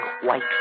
white